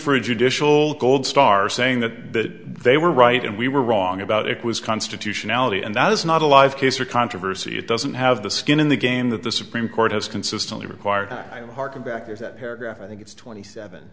for a judicial goldstar saying that they were right and we were wrong about it was constitutionality and that is not a live case or controversy it doesn't have the skin in the game that the supreme court has consistently required to hearken back to is that paragraph i think it's twenty seven